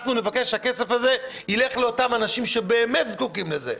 נבקש שהכסף הזה ילך לאותם אנשים שבאמת זקוקים לזה.